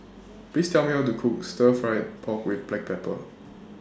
Please Tell Me How to Cook Stir Fried Pork with Black Pepper